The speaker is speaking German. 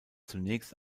zunächst